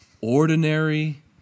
ordinary